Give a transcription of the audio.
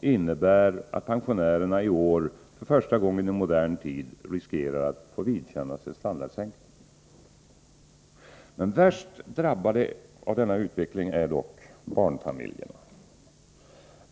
innebär att pensionärerna i år för första gången i modern tid riskerar att få vidkännas en standardsänkning. Värst drabbade av denna utveckling är dock barnfamiljerna.